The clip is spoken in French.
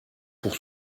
pour